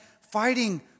fighting